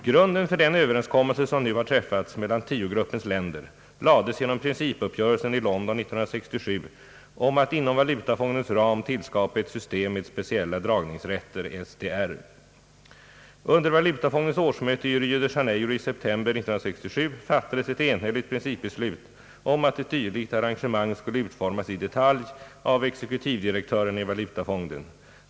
Grunden för den överenskommelse, som nu har träffats mellan tiogruppens länder, lades genom principuppgörelsen i London 1967 om att inom valutafondens ram tillskapa ett system med speciella dragningsrätter, SDR. Under valutafondens årsmöte i Rio de Janeiro i september 1967 fattades ett enhälligt principbeslut om att ett dylikt arrangemang skulle utformas i detalj av exekutivdirektörerna i valutafonden.